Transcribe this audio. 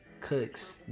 Cooks